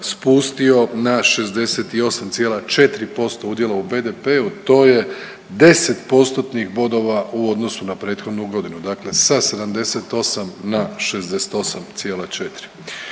spustio na 68,4% udjela u BDP-u, to je 10-postotnih bodova u odnosu na prethodnu godinu, dakle sa 78 na 68,4.